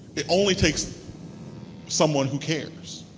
it only takes someone who cares.